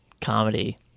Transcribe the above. comedy